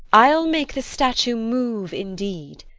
i'll make the statue move indeed,